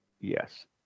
Yes